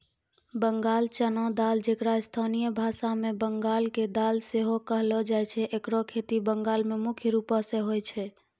बंगाल चना दाल जेकरा स्थानीय भाषा मे बंगाल के दाल सेहो कहलो जाय छै एकरो खेती बंगाल मे मुख्य रूपो से होय छै